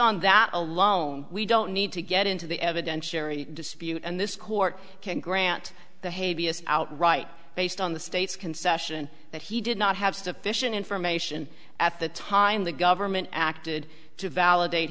on that alone we don't need to get into the evidentiary dispute and this court can grant the hevia out right based on the state's concession that he did not have sufficient information at the time the government acted to validate